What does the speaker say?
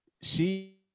she